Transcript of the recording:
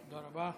תודה רבה.